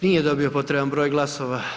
Nije dobio potreban broj glasova.